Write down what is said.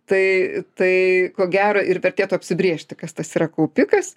tai tai ko gero ir vertėtų apsibrėžti kas tas yra kaupikas